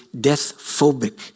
death-phobic